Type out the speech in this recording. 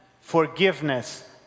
forgiveness